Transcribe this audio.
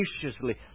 graciously